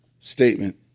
statement